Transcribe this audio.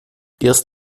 erst